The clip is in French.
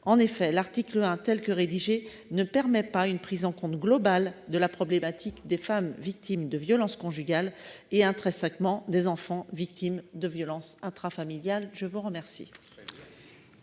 rédigé, l'article 1 ne permet pas une prise en compte globale de la problématique des femmes victimes de violences conjugales et, intrinsèquement, des enfants victimes de violences intrafamiliales. Je suis saisi